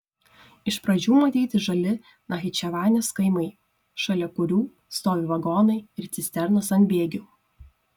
iš pradžių matyti žali nachičevanės kaimai šalia kurių stovi vagonai ir cisternos ant bėgių